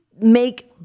make